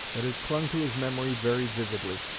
that has clung to his memory very vividly.